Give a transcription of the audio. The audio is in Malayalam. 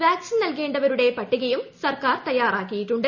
വാക്സിൻ നൽകേണ്ടവരുടെ പട്ടികയും സർക്കാർ തയ്യാറാക്കിയിട്ടുണ്ട്